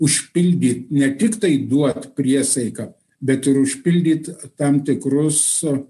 užpildyt ne tiktai duot priesaiką bet ir užpildyt tam tikrus